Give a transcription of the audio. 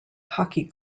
hockey